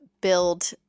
build